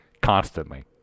constantly